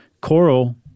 coral